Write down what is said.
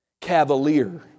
cavalier